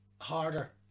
harder